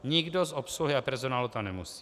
Nikdo z obsluhy a personálu tam nemusí.